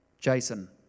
Jason